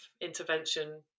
intervention